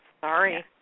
Sorry